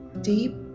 deep